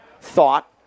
thought